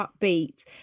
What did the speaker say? upbeat